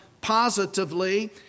positively